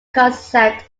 concept